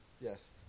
Yes